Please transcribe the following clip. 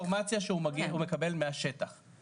בהתאם לאינפורמציה שהוא מקבל מהשטח,